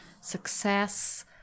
success